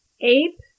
Ape